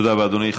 תודה רבה, אדוני.